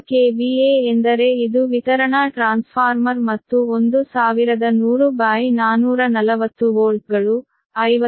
25 KVA ಎಂದರೆ ಇದು ವಿತರಣಾ ಟ್ರಾನ್ಸ್ಫಾರ್ಮರ್ ಮತ್ತು 1100440 ವೋಲ್ಟ್ಗಳು50hz